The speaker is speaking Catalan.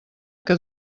que